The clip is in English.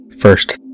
First